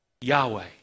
Yahweh